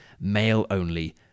male-only